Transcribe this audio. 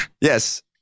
Yes